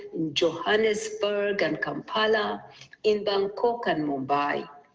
in johannesburg and kampala in bangkok and mumbai,